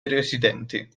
residenti